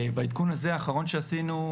בעדכון הזה האחרון שעשינו,